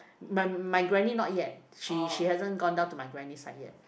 my my granny not yet she she hasn't gone down to my granny side yet